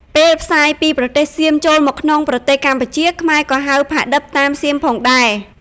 ពេលផ្សាយពីប្រទេសសៀមចូលមកក្នុងប្រទេសកម្ពុជា ខ្មែរក៏ហៅ ផាឌិប តាមសៀមផងដែរ។